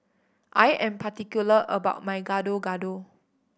I am particular about my Gado Gado